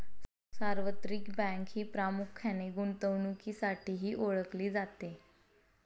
सार्वत्रिक बँक ही प्रामुख्याने गुंतवणुकीसाठीही ओळखली जाते